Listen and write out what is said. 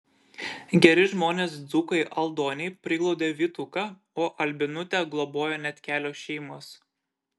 geri žmonės dzūkai aldoniai priglaudė vytuką o albinutę globojo net kelios šeimos